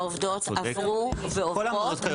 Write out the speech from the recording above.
העובדות עברו ועוברות.